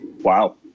wow